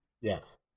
Yes